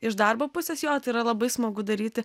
iš darbo pusės jo tai yra labai smagu daryti